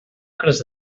acres